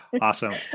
awesome